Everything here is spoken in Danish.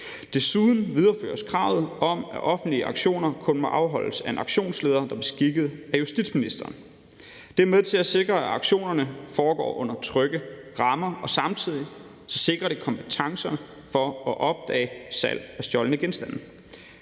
Desuden videreføres kravet om, at offentlige auktioner kun må afholdes af en auktionsleder, der er beskikket af justitsministeren. Det er med til at sikre, at auktionerne foregår i trygge rammer, og samtidig sikrer det tilstedeværelsen af kompetencer til at opdage salg af stjålne genstande.